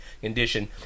condition